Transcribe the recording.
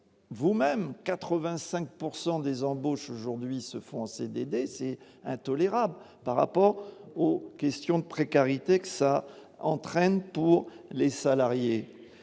pourcent des des embauches aujourd'hui se font en CDD, c'est intolérable par rapport aux questions de précarité que ça entraîne pour les salariés